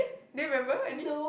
do you remember any